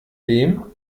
dem